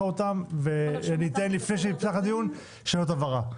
אותן ולפני שנפתח את הדיון ניתן אפשרות לשאלות הבהרה.